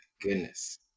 goodness